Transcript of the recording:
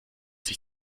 sich